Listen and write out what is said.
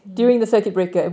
mm